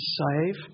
save